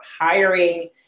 hiring